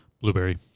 Blueberry